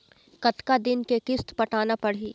कतका दिन के किस्त पटाना पड़ही?